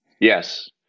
Yes